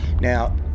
now